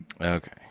Okay